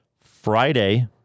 Friday